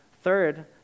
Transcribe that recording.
Third